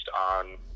on